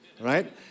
right